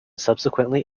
subsequently